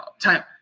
time